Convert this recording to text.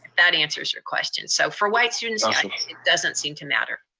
that answers your question. so for white students it doesn't seem to matter.